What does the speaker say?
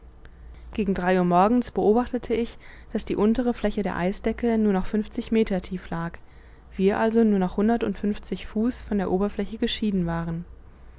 gegen drei uhr morgens beobachtete ich daß die untere fläche der eisdecke nur noch fünfzig meter tief lag wir also nur noch hundertundfünfzig fuß von der oberfläche geschieden waren